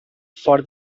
for